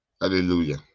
hallelujah